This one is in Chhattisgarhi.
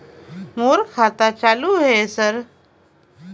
मोर खाता चालु हे सर?